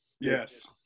Yes